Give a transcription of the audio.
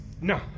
No